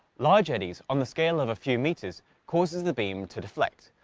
large eddies on the scale of a few meters causes the beam to deflect,